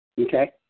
Okay